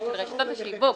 הוא ברשתות השיווק,